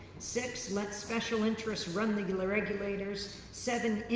six, let special interests run the you know ah regulators. seven,